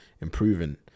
improving